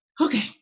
Okay